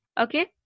okay